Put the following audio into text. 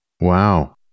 Wow